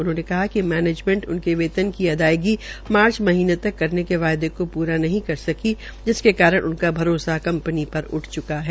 उन्होंने कहा कि मैनेज़मेंट उनके वेतन की अदायगी मार्च महीनें तक करने के वायदे को पूरा नहं कर सकी जिसके कारण उनका भरोसा कंपनी उठ चुका है